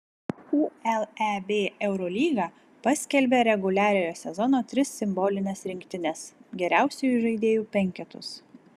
uleb eurolyga paskelbė reguliariojo sezono tris simbolines rinktines geriausiųjų žaidėjų penketus